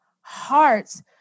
hearts